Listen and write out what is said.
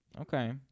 Okay